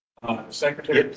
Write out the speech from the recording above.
Secretary